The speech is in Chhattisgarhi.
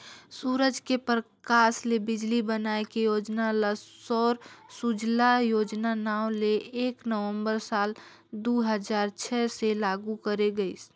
सूरज के परकास ले बिजली बनाए के योजना ल सौर सूजला योजना नांव ले एक नवंबर साल दू हजार छै से लागू करे गईस